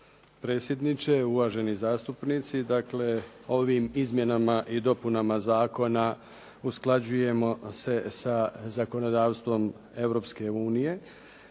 predsjedniče, uvaženi zastupnici. Dakle, ovim izmjenama i dopunama zakona usklađujemo se sa zakonodavstvom Europske unije,